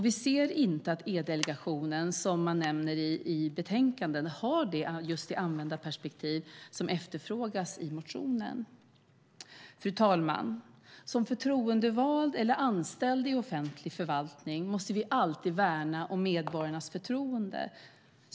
Vi ser inte att E-delegationen, som nämns i betänkandet, har just det användarperspektiv som efterfrågas i motionen. Fru talman! Som förtroendevald eller anställd i offentlig förvaltning måste vi alltid värna medborgarnas förtroende.